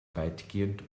weitgehend